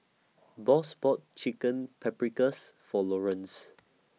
Boss bought Chicken Paprikas For Lorenz